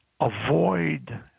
avoid